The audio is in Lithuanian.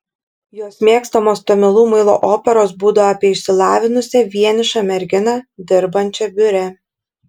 jos mėgstamos tamilų muilo operos būdavo apie išsilavinusią vienišą merginą dirbančią biure